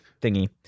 thingy